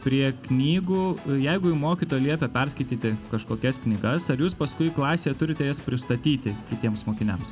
prie knygų jeigu jum mokytoja liepia perskaityti kažkokias knygas ar jūs paskui klasėje turite jas pristatyti kitiems mokiniams